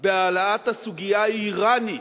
בהעלאת הסוגיה האירנית,